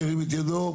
ירים את ידו.